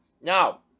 Now